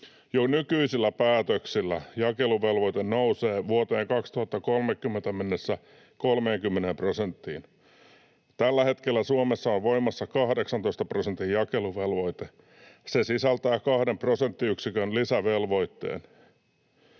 Jo nykyisillä päätöksillä jakeluvelvoite nousee vuoteen 2030 mennessä 30 prosenttiin. Tällä hetkellä Suomessa on voimassa 18 prosentin jakeluvelvoite. Se sisältää kahden prosenttiyksikön lisävelvoitteen.